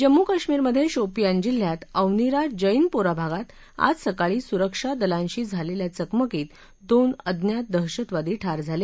जम्मू कश्मीरमधे शोपियान जिल्ह्यात अवनिरा जैनपोरा भागात आज सकाळी सुरक्षा दलांशी झालेल्या चकमकीत दोन अज्ञात दहशतवादी ठार झाले